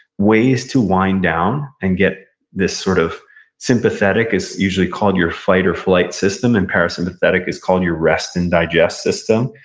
ways to wind down and get this sort of sympathetic, it's usually called your fight or flight system, and parasympathetic is called your rest and digest system.